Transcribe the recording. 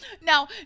Now